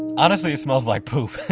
honestly, it smells like poop!